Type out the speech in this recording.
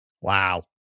Wow